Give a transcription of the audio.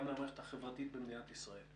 גם למערכת החברתית במדינת ישראל.